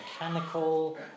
mechanical